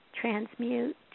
transmute